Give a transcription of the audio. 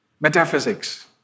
Metaphysics